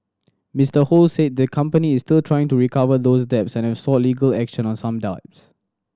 Mister Ho said the company is still trying to recover those debts and have sought legal action on some dims